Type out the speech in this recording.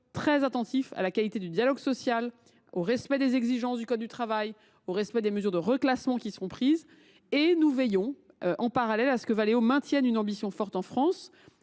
très attentifs à la qualité du dialogue social, au respect des exigences du code du travail et à la fiabilité des mesures de reclassement qui sont proposées. Plus largement, l’État veille à ce que Valeo maintienne une ambition forte en France.